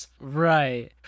Right